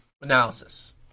analysis